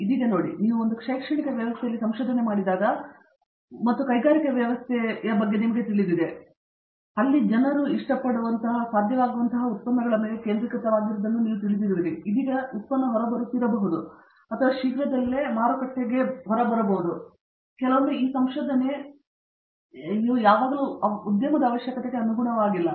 ಇದೀಗ ನೋಡಿ ನೀವು ಒಂದು ಶೈಕ್ಷಣಿಕ ವ್ಯವಸ್ಥೆಯಲ್ಲಿ ಸಂಶೋಧನೆ ನೋಡಿದಾಗ ಮತ್ತು ಕೈಗಾರಿಕಾ ವ್ಯವಸ್ಥೆಯು ನಿಮಗೆ ತಿಳಿದಿದೆ ಅಲ್ಲಿ ಜನರು ಹೊರಬರಲು ಸಾಧ್ಯವಾಗುವಂತಹ ಉತ್ಪನ್ನಗಳ ಮೇಲೆ ಕೇಂದ್ರೀಕೃತವಾಗಿರುವುದನ್ನು ನೀವು ತಿಳಿದಿರುವಿರಿ ಅಥವಾ ಬಹುಶಃ ಇದೀಗ ಉತ್ಪನ್ನ ಹೊರಬರುತ್ತಿರಬಹುದು ಅಥವಾ ಶೀಘ್ರದಲ್ಲೇ ಭವಿಷ್ಯದಲ್ಲಿ ಹೊರಬರಬಹುದು ಆದ್ದರಿಂದ ಕೆಲವೊಮ್ಮೆ ಈ ಸಂಶೋಧನೆಯು ಯಾವಾಗಲೂ ಉದ್ಯಮದ ಅವಶ್ಯಕತೆಗೆ ಅನುಗುಣವಾಗಿಲ್ಲ